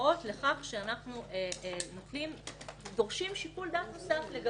דוגמאות לכך שאנחנו דורשים שיקול דעת נוסף.